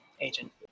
Agent